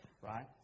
right